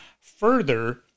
further